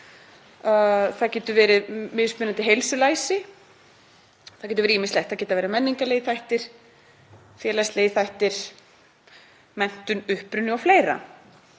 það getur verið mismunandi heilsulæsi, það getur verið ýmislegt. Það geta verið menningarlegir þættir, félagslegir þættir, menntun, uppruni o.fl.